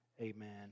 Amen